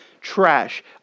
trash